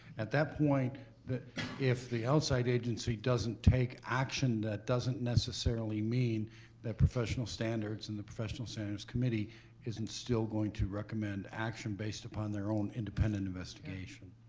at that point, if the outside agency doesn't take action, that doesn't necessarily mean that professional standards and the professional standards committee isn't still going to recommend action based upon their own independent investigation.